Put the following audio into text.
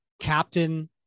Captain